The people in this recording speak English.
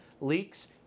leaks